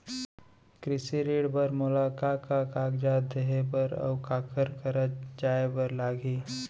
कृषि ऋण बर मोला का का कागजात देहे बर, अऊ काखर करा जाए बर लागही?